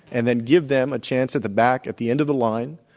and then give them a chance at the back, at the end of the line,